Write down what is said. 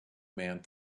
man